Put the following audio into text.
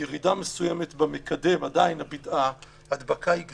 ירידה מסוימת במקדם, עדיין ההדבקה היא גדולה,